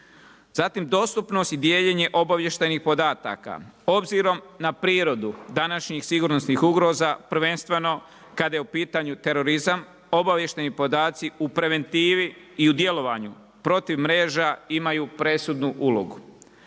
Zatim dostupnost i dijeljenje obavještajnih podataka, obzirom na prirodu današnjih sigurnosnih ugroza, prvenstveno kada je pitanju terorizam, obavještajni podaci u preventivi i u djelovanju protiv mreža imaju presudnu ulogu.